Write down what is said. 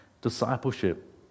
Discipleship